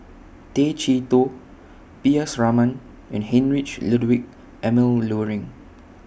Tay Chee Toh P S Raman and Heinrich Ludwig Emil Luering